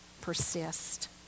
persist